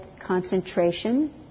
concentration